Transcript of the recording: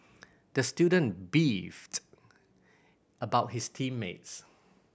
the student beefed about his team mates